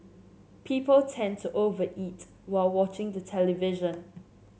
people tend to over eat while watching the television